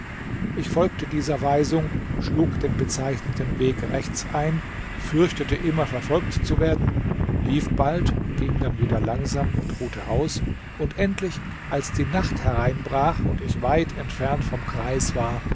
ich folgte dieser weisung schlug den bezeichneten weg rechts ein fürchtete immer verfolgt zu werden lief bald ging dann wieder langsam und ruhte aus und endlich als die nacht hereinbrach und ich weit entfernt vom greis war